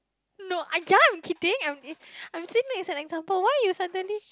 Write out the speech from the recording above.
no uh ya kidding I'm I'm saying this as an example why you suddenly